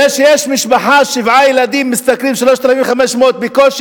זה שיש משפחה עם שבעה ילדים ומשתכרים 3,500 בקושי,